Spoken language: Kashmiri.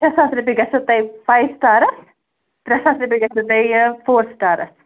شےٚ ساس رۄپیہِ گَژھیٚو تۄہہِ فایِو سِٹارَس ترٛےٚ ساس رۄپیہِ گَژھیٚو تۄہہِ فور سِٹارَس